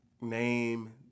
name